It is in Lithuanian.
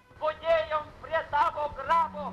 budėjom prie tavo grabo